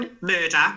murder